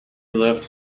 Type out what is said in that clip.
left